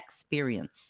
Experience